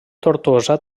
tortosa